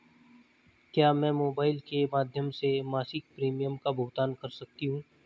क्या मैं मोबाइल के माध्यम से मासिक प्रिमियम का भुगतान कर सकती हूँ?